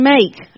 Make